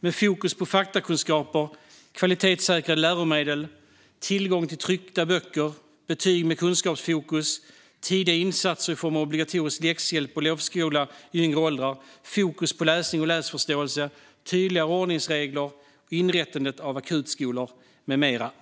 med fokus på faktakunskaper, kvalitetssäkrade läromedel, tillgång till tryckta böcker, betyg med kunskapsfokus, tidiga insatser i form av obligatorisk läxhjälp och lovskola i yngre åldrar, fokus på läsning och läsförståelse, tydligare ordningsregler, inrättandet av akutskolor med mera.